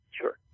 sure